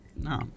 No